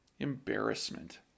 embarrassment